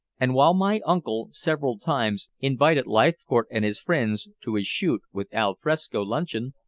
and while my uncle several times invited leithcourt and his friends to his shoot with al fresco luncheon,